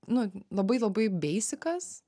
nu labai labai beisikas